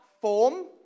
form